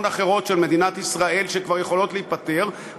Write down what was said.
אחרות של מדינת ישראל שכבר יכולות להיפטר מהם.